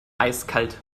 eiskalt